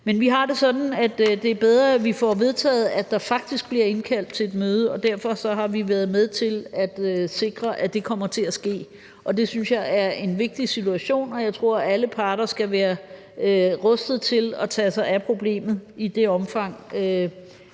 Men vi har det sådan, at det er bedre, at vi får vedtaget, at der faktisk bliver indkaldt til et møde, og derfor har vi været med til at sikre, at det kommer til at ske, og det synes jeg er en vigtig situation, og jeg tror, at alle parter skal være rustet til at tage sig af problemet i det omfang,